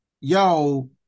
Yo